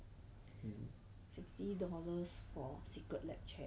sixty dollars for Secret Lab chair